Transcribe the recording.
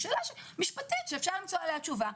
זו שאלה משפטית שאפשר למצוא לה תשובה.